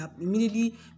immediately